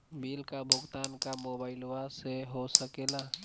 Bill का भुगतान का मोबाइलवा से हो सके ला?